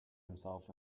himself